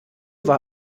war